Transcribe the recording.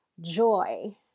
joy